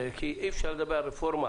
כי אי אפשר לדבר על רפורמה